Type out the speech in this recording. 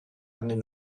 arnyn